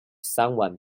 someone